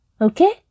Okay